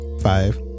Five